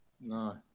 No